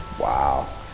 Wow